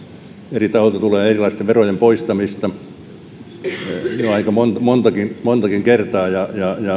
tulee erilaisten verojen poistamista aika montakin kertaa ja